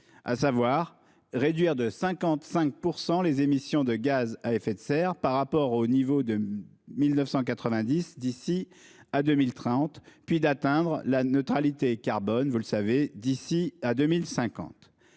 à savoir réduire de 55 % les émissions de gaz à effet de serre par rapport à leur niveau de 1990 d'ici à 2030, puis atteindre la neutralité carbone d'ici à 2050.